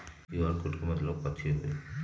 QR code के मतलब कथी होई?